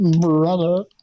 brother